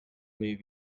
may